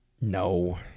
No